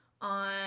on